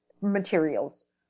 materials